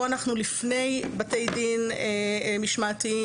פה אנחנו לפני בתי דין משמעתיים,